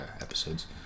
episodes